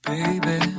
Baby